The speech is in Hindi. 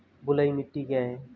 बलुई मिट्टी क्या है?